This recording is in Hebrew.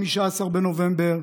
15 בנובמבר,